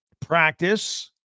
practice